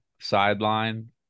sideline